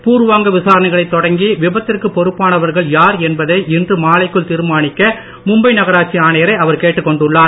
பூர்வாங்க விசாரணைகளை தொடங்கி விபத்திற்கு பொறுப்பானவர்கள் யார் என்பதை இன்று மாலைக்குள் தீர்மானிக்க மும்பை நகராட்சி ஆணையரை அவர் கேட்டுக் கொண்டுள்ளார்